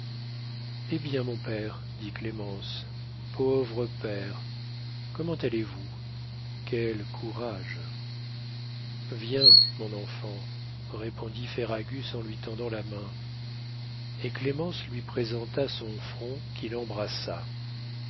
eh bien mon père dit clémence pauvre père comment allez-vous quel courage viens mon enfant répondit ferragus en lui tendant la main et clémence lui présenta son front qu'il embrassa